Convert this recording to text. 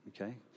okay